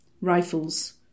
Rifles